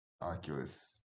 Oculus